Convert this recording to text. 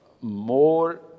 more